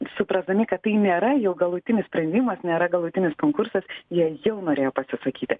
suprasdami kad tai nėra jų galutinis sprendimas nėra galutinis konkursas jie jau norėjo pasisakyti